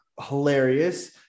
hilarious